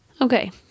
Okay